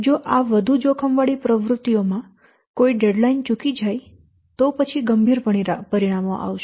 જો આ વધુ જોખમવાળી પ્રવૃત્તિઓમાં કોઈ ડેડ લાઈન ચૂકી જાય તો પછી ગંભીર પરિણામો આવશે